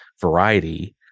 variety